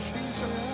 Jesus